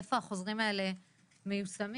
ואיפה החוזרים האלה מיושמים,